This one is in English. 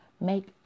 Make